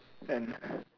and